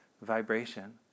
vibration